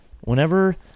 whenever